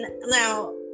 now